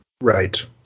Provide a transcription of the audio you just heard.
Right